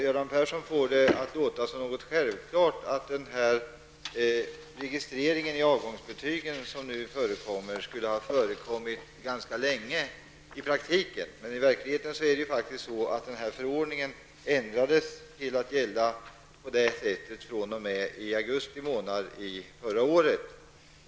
Göran Persson får det att låta som något självklart att registrering av frånvaro i avgångsbetygen, som nu förekommer, skulle ha förekommit länge i praktiken. Men i verkligheten är det faktiskt så att förordningen infördes att gälla fr.o.m. augusti förra året.